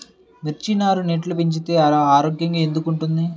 మిర్చి నారు నెట్లో పెంచితే ఆరోగ్యంగా ఎందుకు ఉంటుంది?